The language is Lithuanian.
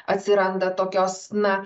atsiranda tokios na